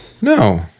No